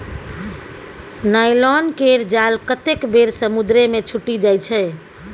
nylon केर जाल कतेक बेर समुद्रे मे छुटि जाइ छै